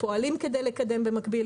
פועלים כדי לקדם במקביל.